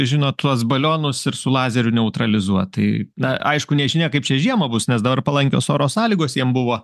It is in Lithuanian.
žinot tuos balionus ir su lazeriu neutralizuot tai na aišku nežinia kaip čia žiemą bus nes dabar palankios oro sąlygos jiem buvo